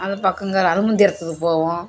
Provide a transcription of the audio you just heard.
அது பக்கம் இருக்குற அருமஞ்சரத்துக்குப் போவோம்